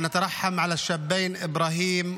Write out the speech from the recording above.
חבר הכנסת יואב סגלוביץ'.